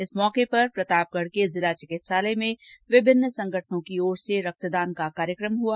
इस मौके पर प्रतापगढ के जिला चिकित्सालय में विभिन्न संगठनों की ओर से रक्तदान का कार्यक्रम हुआ